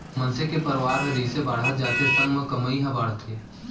मनसे के परवार ह जइसे बाड़हत जाथे संग म कमई ह बाड़थे